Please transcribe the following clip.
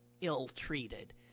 ill-treated